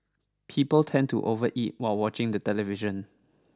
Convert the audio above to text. people tend to overeat while watching the television